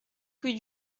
rue